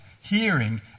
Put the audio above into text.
hearing